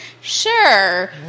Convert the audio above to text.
sure